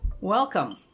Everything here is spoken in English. Welcome